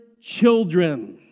children